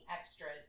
extras